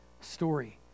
story